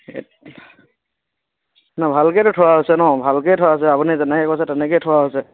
নাই ভালকেতো থোৱা হৈছিল ন ভালকেই থোৱা হৈছে আপুনি যেনেকৈ কৈছে তেনেকেই থোৱা হৈছে